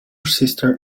sister